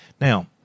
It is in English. Now